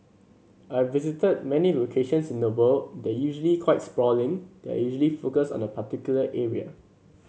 I've visited many locations in the world they're usually quite sprawling they're usually focused on a particular area